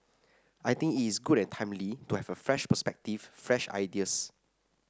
I think it is good and timely to have a fresh perspective fresh ideas